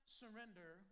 surrender